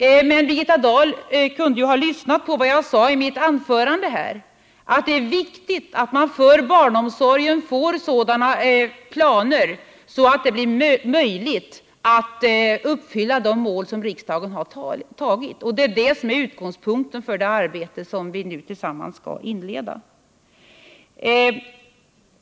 Men Birgitta Dahl kunde ju ha lyssnat på mitt anförande, där jag sade att det är viktigt att få sådana planer för barnomsorgen att det blir möjligt att uppfylla de mål som riksdagen har uppställt. Detta är utgångspunkten för det arbete som vi nu tillsammans skall inleda.